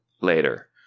later